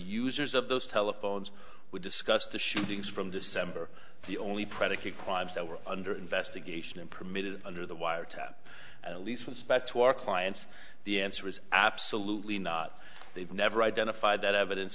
users of those telephones we discussed the shootings from december the only predicate crimes that were under investigation and permitted under the wiretap at least one suspect to our clients the answer is absolutely not they've never identified that evidence